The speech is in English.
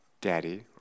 Daddy